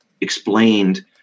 explained